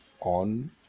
on